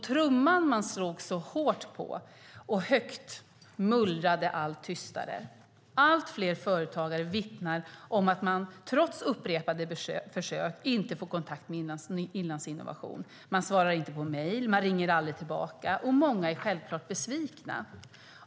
Trumman man slog så hårt och högt på mullrade allt tystare. Allt fler företagare vittnar om att man trots upprepade försök inte får kontakt med Inlandsinnovation. De svarar inte på mejl. De ringer aldrig tillbaka. Många är självklart besvikna.